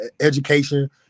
education